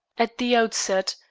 at the outset,